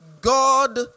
God